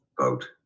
vote